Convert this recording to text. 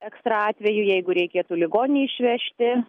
eksra atveju jeigu reikėtų ligonį išvežti